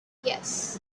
yes